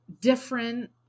different